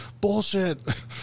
Bullshit